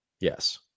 Yes